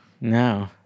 No